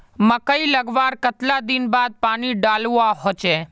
मकई लगवार कतला दिन बाद पानी डालुवा होचे?